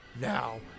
now